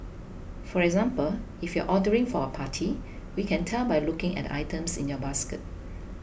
for example if you're ordering for a party we can tell by looking at the items in your basket